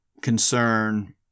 concern